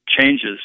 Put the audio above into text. changes